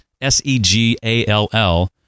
S-E-G-A-L-L